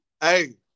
hey